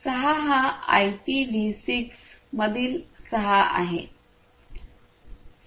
6 हा आयपीव्ही 6 मधील 6 आहे